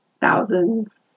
thousands